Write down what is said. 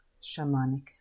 Shamanic